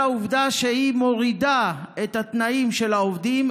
העובדה שהיא מורידה את התנאים של העובדים,